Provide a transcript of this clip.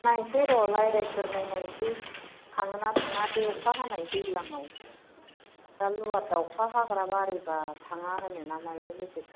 नायसै र' रायलायग्रोनाय गोरनायसै थांङोना थांङा बे अखा हानाय दैलांआव दा लुवात दाउखा हाग्रा बाराबा थाङा होनोना मायो लोगोफ्रा